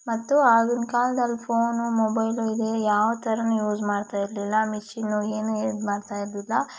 ಮತ್ತು ಆಗಿನ ಕಾಲದಲ್ಲಿ ಫೋನ್ ಮೊಬೈಲ್ ಇದು ಯಾವ ಥರನು ಯೂಸ್ ಮಾಡ್ತಾ ಇರಲಿಲ್ಲ ಮೆಷೀನ್ ಏನೂ ಯೂಸ್ ಮಾಡ್ತಾ ಇರಲಿಲ್ಲ